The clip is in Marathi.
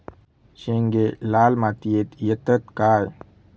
शेंगे लाल मातीयेत येतत काय?